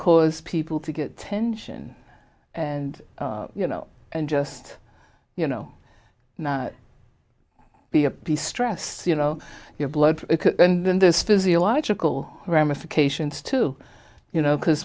cause people to get tension and you know and just you know be a distress you know your blood and then there's physiological ramifications too you know because